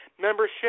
membership